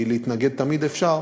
כי להתנגד תמיד אפשר,